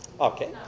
Okay